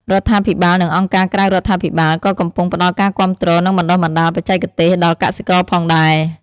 រដ្ឋាភិបាលនិងអង្គការក្រៅរដ្ឋាភិបាលក៏កំពុងផ្តល់ការគាំទ្រនិងបណ្ដុះបណ្ដាលបច្ចេកទេសដល់កសិករផងដែរ។